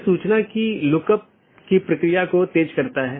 यह मूल रूप से स्केलेबिलिटी में समस्या पैदा करता है